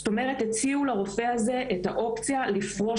זאת אומרת הציעו לרופא הזה את האופציה לפרוש